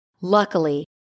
Luckily